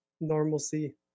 normalcy